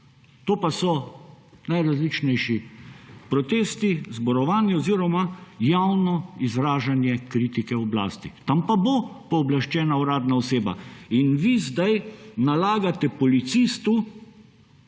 To pa so najrazličnejši protesti, zborovanja oziroma javno izražanje kritike oblasti; tam pa bo pooblaščena uradna oseba. In vi zdaj nalagate policistu,